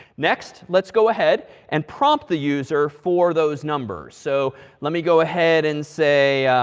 next, let's go ahead and prompt the user for those numbers. so let me go ahead and say